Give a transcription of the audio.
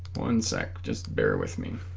one sec just bear with me